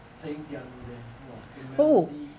playing piano there !wah! the melody